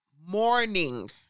morning